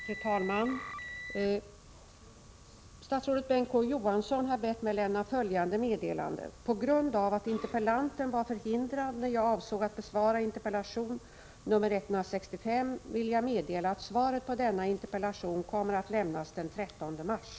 Fru talman! Statsrådet Bengt K. Å. Johansson har bett mig lämna följande meddelande: ”På grund av att interpellanten var förhindrad när jag avsåg att besvara interpellation nr 165 vill jag meddela att svaret på denna interpellation kommer att lämnas den 13 mars.”